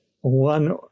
One